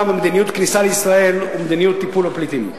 ומדיניות כניסה לישראל ומדיניות טיפול בפליטים.